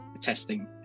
testing